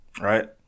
right